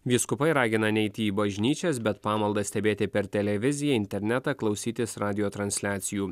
vyskupai ragina neiti į bažnyčias bet pamaldas stebėti per televiziją internetą klausytis radijo transliacijų